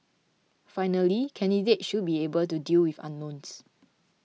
finally candidates should be able to deal with unknowns